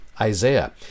Isaiah